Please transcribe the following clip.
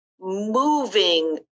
moving